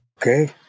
Okay